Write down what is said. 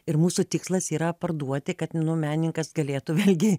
ir mūsų tikslas yra parduoti kad meninkas galėtų vėlgi